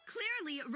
Clearly